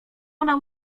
ona